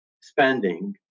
Spending